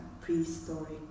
prehistoric